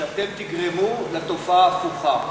שאתם תגרמו לתופעה הפוכה,